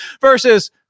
versus